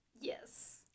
Yes